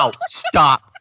stop